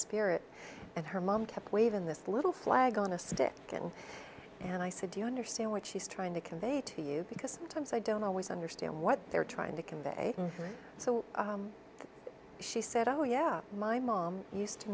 spirit and her mom kept wavin this little flag on a stick and i said do you understand what she's trying to convey to you because sometimes i don't always understand what they're trying to convey so she said oh yeah my mom used to